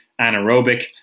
anaerobic